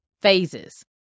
phases